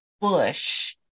Bush